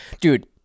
Dude